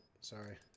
Sorry